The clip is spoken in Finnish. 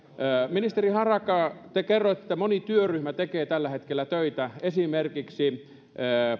ministeri harakka te kerroitte että moni työryhmä tekee tällä hetkellä töitä esimerkiksi